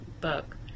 book